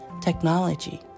technology